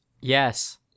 Yes